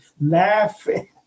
laughing